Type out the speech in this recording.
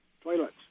toilets